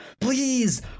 please